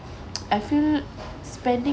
I feel spending